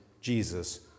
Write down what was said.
Jesus